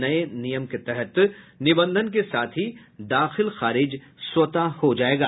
नई नियम के तहत निबंधन के साथ ही दाखिल खारिज स्वतः हो जायेगा